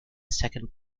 second